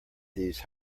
these